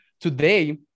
today